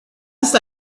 ist